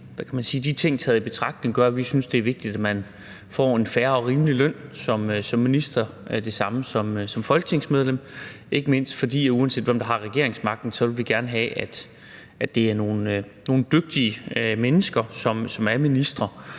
De ting taget i betragtning synes vi, det er vigtigt, at man får en fair og rimelig løn som minister – og det samme gælder folketingsmedlemmer – ikke mindst fordi uanset hvem der har regeringsmagten, vil vi gerne have, at det er nogle dygtige mennesker, som er ministre,